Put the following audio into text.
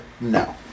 no